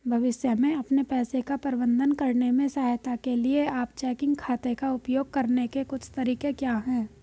भविष्य में अपने पैसे का प्रबंधन करने में सहायता के लिए आप चेकिंग खाते का उपयोग करने के कुछ तरीके क्या हैं?